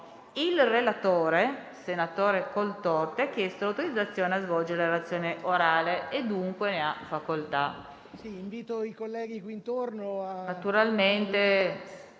Il relatore, senatore Coltorti, ha chiesto l'autorizzazione a svolgere la relazione orale. Non facendosi